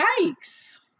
Yikes